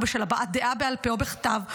או בשל הבעת דעה בעל פה או בכתב,